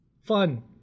fun